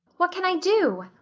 what can i do?